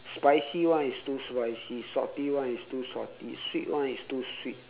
spicy one it's too spicy salty one it's too salty sweet one it's too sweet